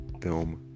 film